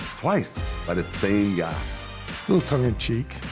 twice by the same guy. a little tongue in cheek.